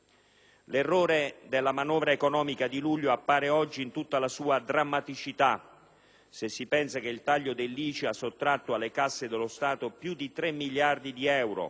L'errore della manovra economica di luglio appare oggi in tutta la sua drammaticità, se si pensa che il taglio dell'ICI ha sottratto alle casse dello Stato più di tre miliardi di euro